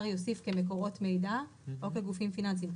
יוסיף כמקורות מידע או כגופים פיננסיים.